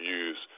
use